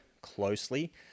closely